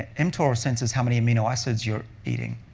mtor censors how many amino acids you're eating,